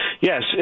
Yes